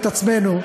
את עצמנו,